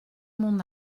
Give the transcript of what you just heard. mon